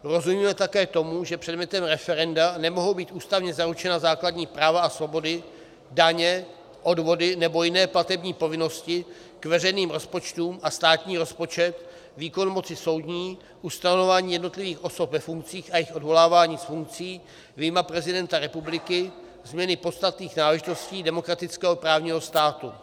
Rozumíme také tomu, že předmětem referenda nemohou být ústavně zaručena základní práva a svobody, daně, odvody nebo jiné platební povinnosti k veřejným rozpočtům a státní rozpočet, výkon moci soudní, ustanovování jednotlivých osob ve funkcích a jejich odvolávání z funkcí vyjma prezidenta republiky, změny podstatných náležitostí demokratického právního státu.